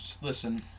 listen